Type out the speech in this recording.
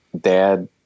Dad